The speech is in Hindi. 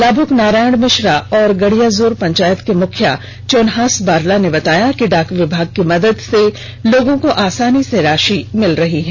लाभुक नारायण मिश्रा और गड़ियाजोर पंचायत के मुखिया चोन्हास बारला ने बताया कि डाक विभाग की मदद से लोगों को आसानी से राषि मिल जा रही है